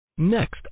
Next